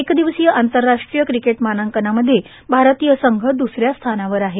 एक दिवसीय आंतरराष्ट्रीय क्रिकेट मानांकनांमध्ये भारतीय संघ द्रसऱ्या स्थानावर आहे